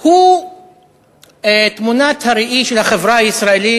הוא תמונת הראי של החברה הישראלית,